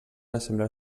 assemblar